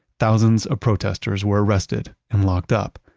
thousands of protesters were arrested and locked up.